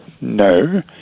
No